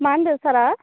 मा होन्दों सारा